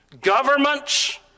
governments